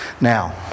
Now